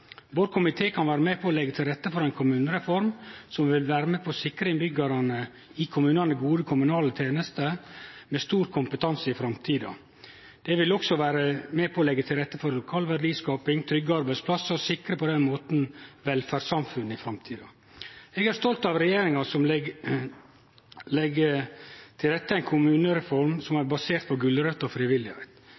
Vår komité kan vere med på å leggje til rette for ei kommunereform som vil vere med på å sikre innbyggjarane i kommunane gode kommunale tenester med stor kompetanse i framtida. Det vil òg vere med på å leggje til rette for lokal verdiskaping og trygge arbeidsplassar, og på den måten sikre velferdssamfunnet i framtida. Eg er stolt av regjeringa som legg til rette for ei kommunereform som er basert på «gulrøter» og